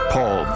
Paul